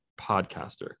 podcaster